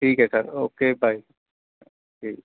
ਠੀਕ ਹੈ sir okay bye ਠੀਕ